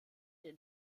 den